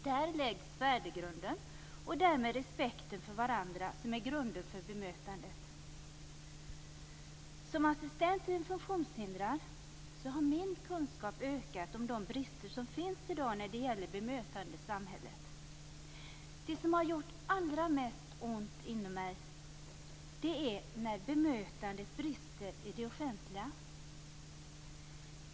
Där läggs värdegrunden och därmed respekten för varandra, som är grunden för bemötandet. Som assistent till en funktionshindrad har min kunskap ökat om de brister som finns i dag när det gäller bemötandet i samhället. Det som gör allra mest ont inom mig är när bemötandet brister i det offentliga.